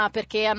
Perché